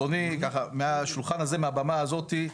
מעל שולחן זה מעל במה זאתי,